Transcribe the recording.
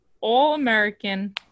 All-American